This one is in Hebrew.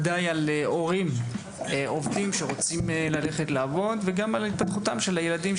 גם על הורים שרוצים ללכת לעבוד וגם על התפתחות הילדים,